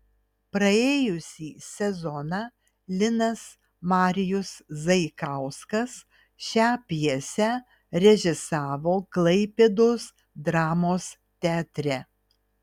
praėjusį sezoną linas marijus zaikauskas šią pjesę režisavo klaipėdos dramos teatre